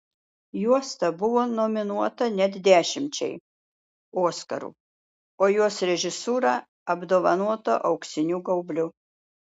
juosta buvo nominuota net dešimčiai oskarų o jos režisūra apdovanota auksiniu gaubliu